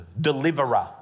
deliverer